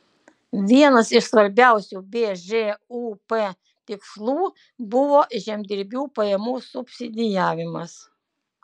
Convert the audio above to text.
vienas iš svarbiausių bžūp tikslų buvo žemdirbių pajamų subsidijavimas